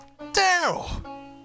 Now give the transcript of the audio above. Daryl